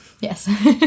Yes